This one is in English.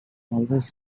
always